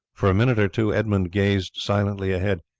for a minute or two edmund gazed silently ahead.